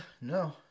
no